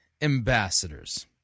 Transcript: ambassadors